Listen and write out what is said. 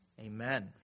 Amen